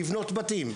לבנות בתים.